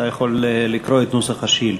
אתה יכול לקרוא את נוסח השאילתה.